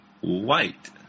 White